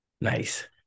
Nice